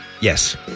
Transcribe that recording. Yes